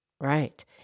Right